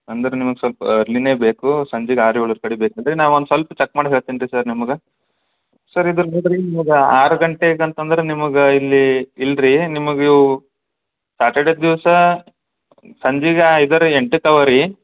ಅಂದ್ರೆ ನಿಮಗೆ ಸ್ವಲ್ಪ ಅರ್ಲಿನೇ ಬೇಕು ಸಂಜೆಗ್ ಆರು ಏಳು ಕಡೆಗ್ ಬೇಕಂದ್ರೆ ನಾವು ಒಂದು ಸ್ವಲ್ಪ ಚಕ್ ಮಾಡಿ ಹೇಳ್ತೀನಿ ರೀ ಸರ್ ನಿಮಗೆ ಸರ್ ಇದ್ರ ಬದಲು ನಿಮಗೆ ಆರು ಗಂಟೆಗೆ ಅಂತಂದ್ರೆ ನಿಮಗೆ ಇಲ್ಲಿ ಇಲ್ಲಿ ರೀ ನಿಮಗೆ ಸ್ಯಾಟರ್ಡೇ ದಿವಸ ಸಂಜೆಗೆ ಐದ ರೀ ಎಂಟಕ್ಕೆ ಇದೇರಿ